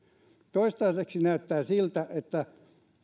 toistaiseksi näyttää siltä että